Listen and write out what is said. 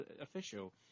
official